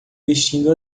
vestindo